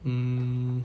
um